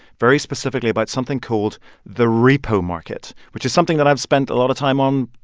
very specifically about something called the repo market, which is something that i've spent a lot of time on.